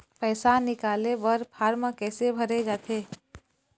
पैसा निकाले बर फार्म कैसे भरे जाथे?